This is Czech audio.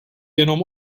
jenom